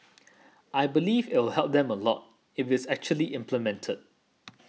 I believe I'll help them a lot if it's actually implemented